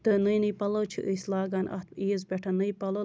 تہٕ نٔے نٔے پَلو چھِ أسۍ لاگان اَتھ عیٖز پٮ۪ٹھ نٔے پلو